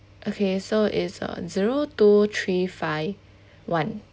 okay so is uh zero two three five one